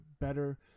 better